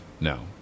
No